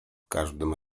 każdym